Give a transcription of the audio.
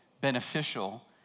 beneficial